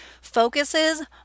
focuses